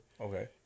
Okay